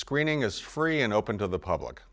screening is free and open to the public